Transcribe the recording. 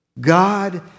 God